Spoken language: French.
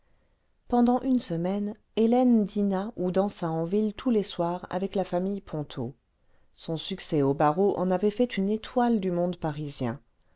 pendant une semaine hélène dîna ou dansa en ville tous les soirs avec la famille ponto son succès au barreau en avait fait une étoile du monde parisien